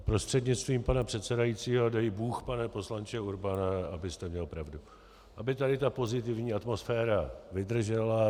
Prostřednictvím pana předsedajícího dej Bůh, pane poslanče Urbane, abyste měl pravdu, aby tady ta pozitivní atmosféra vydržela.